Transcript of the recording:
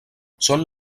són